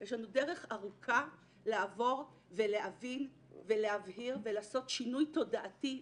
יש לנו דרך ארוכה לעבור ולהבין ולהבהיר ולעשות שינוי תודעתי,